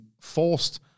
forced